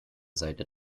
seite